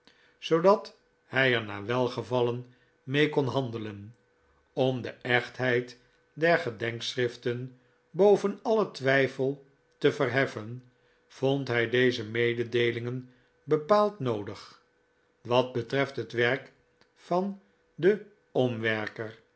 zoodat hij er naar welgevallen mee kon handelen om de echtheid der gedenkschriften boven alien twijfel te verheffen vond hij deze mededeelingen bepaald noodig wat betreft het werk van den omwerker